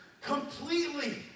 completely